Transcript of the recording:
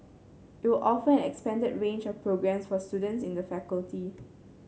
it will offer an expanded range of programmes for students in the faculty